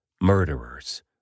Murderers